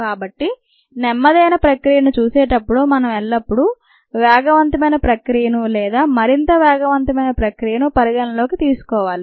కాబట్టి నెమ్మదైన ప్రక్రియను చూసేటప్పుడు మనం ఎల్లప్పుడు వేగవంతమైన ప్రక్రియను లేదు మరింత వేగవంతమైన ప్రక్రియను పరిగణలోకి తీసుకోవాలి